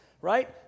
right